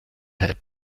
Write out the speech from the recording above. had